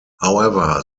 however